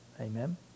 Amen